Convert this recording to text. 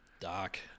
Doc